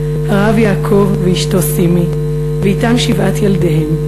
הרב יעקב ואשתו סימי ואתם שבעת ילדיהם,